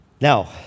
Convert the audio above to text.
Now